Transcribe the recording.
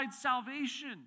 salvation